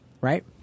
right